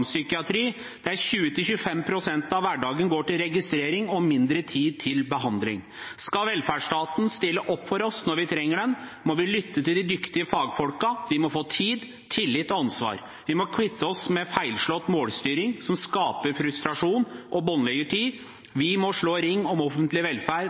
av hverdagen går til registrering og mindre tid til behandling. Skal velferdsstaten stille opp for oss når vi trenger den, må vi lytte til de dyktige fagfolka. De må få tid, tillit og ansvar. Vi må kvitte oss med feilslått målstyring, som skaper frustrasjon og båndlegger tid. Vi må slå ring om offentlig velferd